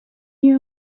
year